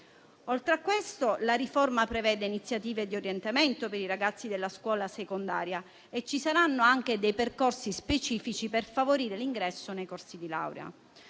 Oltre a questo, la riforma prevede iniziative di orientamento per i ragazzi della scuola secondaria e ci saranno anche dei percorsi specifici per favorire l'ingresso nei corsi di laurea,